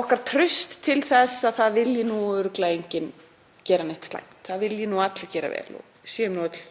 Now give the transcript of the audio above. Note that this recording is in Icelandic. okkar traust til þess að það vilji nú örugglega enginn gera neitt slæmt. Það vilji allir gera vel og við séum öll